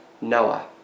Noah